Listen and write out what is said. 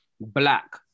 black